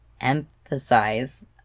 emphasize